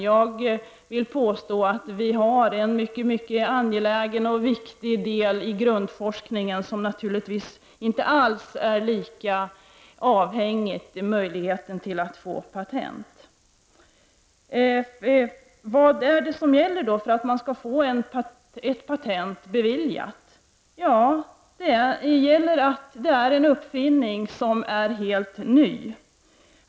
Jag påstår att vi i grundforskningen har en angelägen och viktig del, som naturligtvis inte alls är lika avhängig möjligheten till att få patent. Vad är det som gäller för att man skall få ett patent beviljat? Det skall vara en uppfinning som är helt ny.